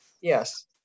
Yes